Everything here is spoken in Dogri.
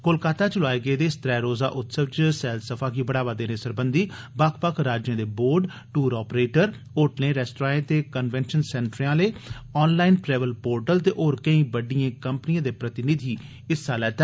कोलकाता च लोआए गेदे इस त्रै रोजा उत्सव च सैलसफा गी बढ़ावा देने सरबंधी बक्ख बक्ख राज्यें दे बोर्ड टूर आपरेटर होटलें रेस्तराएं ते कन्वेशन सेंटरें आले आनलाईन ट्रैवल पोर्टल ते होर कैंई बड्डियें कम्पनियें दे प्रतिनिधि शामल होए